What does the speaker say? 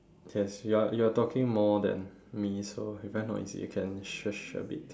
yes you are you are talking more then me so you very noisy you can shush a bit